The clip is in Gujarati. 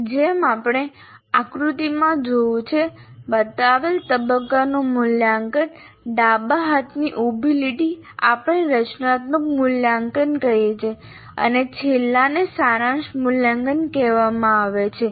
જેમ આપણે આકૃતિમાં જોયું છે બતાવેલ તબક્કાનું મૂલ્યાંકન ડાબા હાથની ઉભી લીટી આપણે રચનાત્મક મૂલ્યાંકન કહીએ છીએ અને છેલ્લાને સારાંશ મૂલ્યાંકન કહેવામાં આવે છે